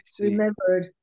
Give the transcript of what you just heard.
remembered